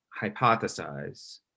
hypothesize